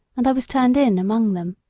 and i was turned in among them.